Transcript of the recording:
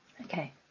Okay